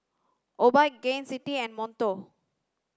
Obike Gain City and Monto